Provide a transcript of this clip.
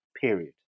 period